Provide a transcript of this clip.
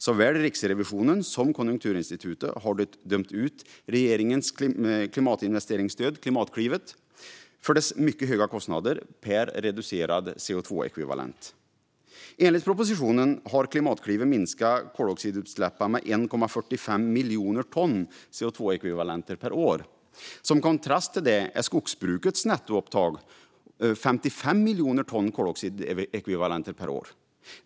Såväl Riksrevisionen som Konjunkturinstitutet har dömt ut regeringens klimatinvesteringsstöd Klimatklivet för dess mycket höga kostnader per reducerad CO2-ekvivalent. Enligt propositionen har Klimatklivet minskat CO2-utsläppen med 1,45 miljoner ton CO2-ekvivalenter per år. Som kontrast till det är skogsbrukets nettoupptag 55 miljoner ton CO2-ekvivalenter per år.